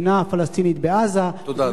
מדינה פלסטינית בעזה, תודה.